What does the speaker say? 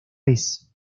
vez